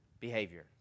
behavior